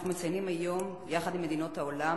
אנחנו מציינים היום, יחד עם מדינות העולם,